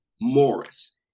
Morris